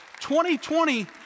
2020